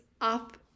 up